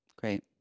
Great